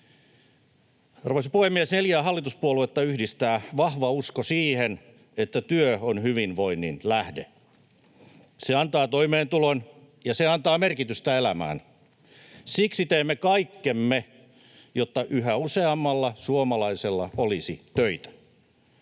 Arvoisa puhemies! Neljää hallituspuoluetta yhdistää vahva usko siihen, että työ on hyvinvoinnin lähde. Se antaa toimeentulon, ja se antaa merkitystä elämään. Siksi teemme kaikkemme, jotta yhä useammalla suomalaisella olisi töitä.